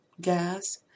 gas